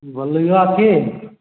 बोललीहऽ की